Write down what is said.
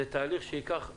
זה תהליך שייקח שנים.